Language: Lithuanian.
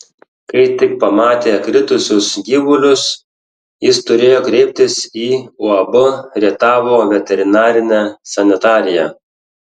kai tik pamatė kritusius gyvulius jis turėjo kreiptis į uab rietavo veterinarinę sanitariją